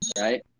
right